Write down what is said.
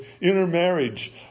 intermarriage